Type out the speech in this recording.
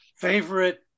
favorite